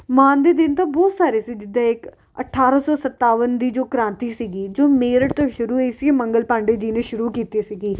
ਮਾਣ ਦੇ ਦਿਨ ਤਾਂ ਬਹੁਤ ਸਾਰੇ ਸੀ ਜਿੱਦਾਂ ਇੱਕ ਅਠਾਰਾਂ ਸੌ ਸੰਤਾਵਨ ਦੀ ਜੋ ਕ੍ਰਾਂਤੀ ਸੀਗੀ ਜੋ ਮੇਰਠ ਤੋਂ ਸ਼ੁਰੂ ਹੋਈ ਸੀ ਮੰਗਲ ਪਾਂਡੇ ਜੀ ਨੇ ਸ਼ੁਰੂ ਕੀਤੀ ਸੀਗੀ